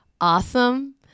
awesome